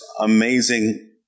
amazing